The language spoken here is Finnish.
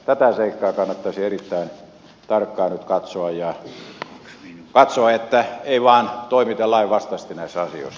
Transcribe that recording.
tätä seikkaa kannattaisi erittäin tarkkaan nyt katsoa että ei vain toimita lainvastaisesti näissä asioissa